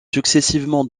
successivement